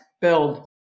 build